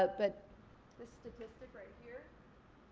but but this statistic right here